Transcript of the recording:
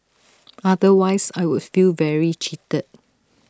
otherwise I would feel very cheated